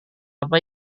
apa